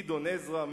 גדעון עזרא,